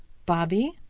bobby,